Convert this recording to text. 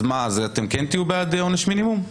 אז אתם כן תהיו בעד עונש מינימום?